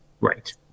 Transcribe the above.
Right